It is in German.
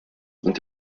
und